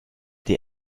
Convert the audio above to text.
die